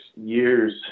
years